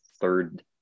third